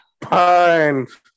Puns